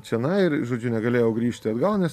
čionai ir žodžiu negalėjau grįžti atgal nes